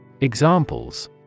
Examples